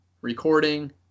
recording